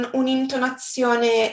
un'intonazione